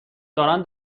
دارن